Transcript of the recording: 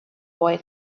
boy